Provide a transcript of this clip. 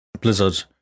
Blizzard